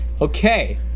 Okay